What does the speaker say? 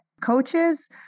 coaches